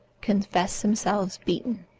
confessed themselves beaten.